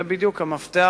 זה בדיוק המפתח